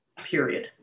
period